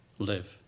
live